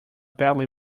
badly